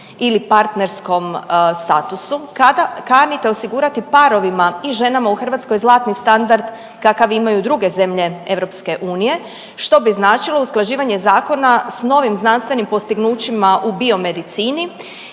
ili partnerskom statusu? Kada kanite osigurati parovima i ženama u Hrvatskoj zlatni standard kakav imaju druge zemlje EU, što bi značilo usklađivanje zakona s novim znanstvenim postignućima u biomedicini